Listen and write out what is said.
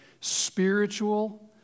spiritual